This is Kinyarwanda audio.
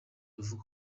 avuga